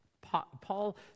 Paul